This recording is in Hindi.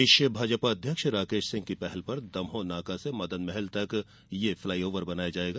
प्रदेश भाजपा अध्यक्ष राकेश सिंह की पहल पर दमोह नाका से मदनमहल तक यह फ्लाईओवर बनाया जायेगा